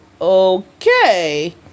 okay